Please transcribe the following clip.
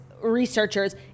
researchers